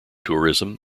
tourism